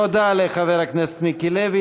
תודה לחבר הכנסת מיקי לוי.